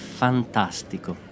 fantastico